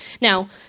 Now